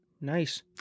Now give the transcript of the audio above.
Nice